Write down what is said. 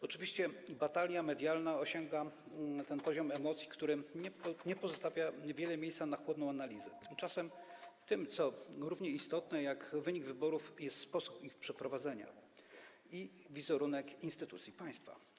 Oczywiście batalia medialna osiąga ten poziom emocji, który nie pozostawia wiele miejsca na chłodną analizę, tymczasem tym, co równie istotne jak wynik wyborów, jest sposób ich przeprowadzenia i wizerunek instytucji państwa.